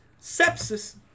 Sepsis